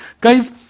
Guys